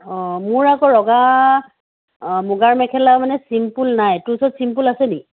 অঁ মোৰ আকৌ ৰঙা মুগাৰ মেখেলা মানে ছিম্পুল নাই তোৰ ওচৰত ছিম্পুল আছে নি